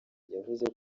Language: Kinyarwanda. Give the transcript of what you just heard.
yavuze